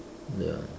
ya